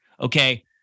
Okay